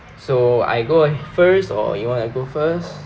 so I go ahe~ first or you wanna go first